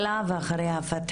איתכם ואיתך והמשפחה אחרי הרצח.